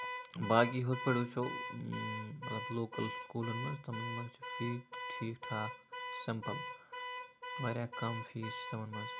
تہٕ باقٕے ہُتھ پٲٹھۍ وٕچھَو مطلب لوکَل سٔکوٗلَن منٛز تہٕ تِمَن چھُ فیٖس ٹھیٖک ٹھاکھ سِمپل واریاہ کَم فیٖس چھُ تِمن منٛز